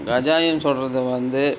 ரஜாயம் சுடுறது வந்து